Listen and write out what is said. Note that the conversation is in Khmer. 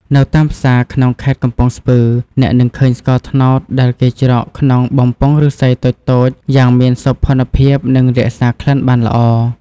នៅតាមផ្សារក្នុងខេត្តកំពង់ស្ពឺ អ្នកនឹងឃើញស្ករត្នោតដែលគេច្រកក្នុងបំពង់ឫស្សីតូចៗយ៉ាងមានសោភ័ណភាព និងរក្សាក្លិនបានល្អ។